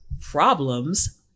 problems